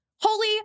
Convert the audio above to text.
Holy